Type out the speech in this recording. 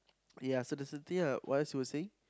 ya so that's the thing ah what else you were saying